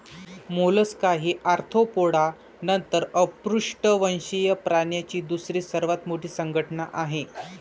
Mollusca ही arthropoda नंतर अपृष्ठवंशीय प्राण्यांची दुसरी सर्वात मोठी संघटना आहे